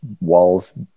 walls